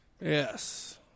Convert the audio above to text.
Yes